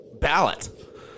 ballot